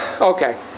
Okay